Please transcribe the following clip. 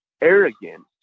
arrogant